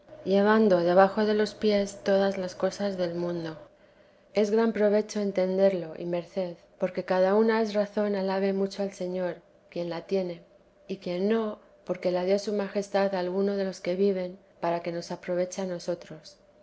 llevando debajo de los pies todas las cosas del teresa de jesls mundo es gran provecho entenderlo y merced porque cada una es razón alabe mucho al señor quien la tiene y quien no porque la dio su majestad a alguno de los que viven para que nos aproveche a nosotros